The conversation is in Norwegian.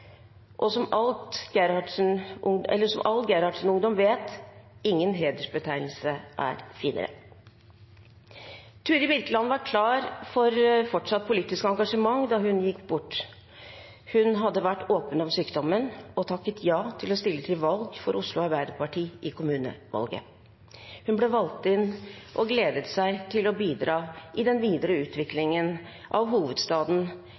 som all Gerhardsen-ungdom vet: Ingen hedersbetegnelse er finere. Turid Birkeland var klar for fortsatt politisk engasjement da hun gikk bort. Hun hadde vært åpen om sykdommen og takket ja til å stille til valg for Oslo Arbeiderparti i kommunevalget. Hun ble valgt inn og gledet seg til å bidra i den videre utviklingen av hovedstaden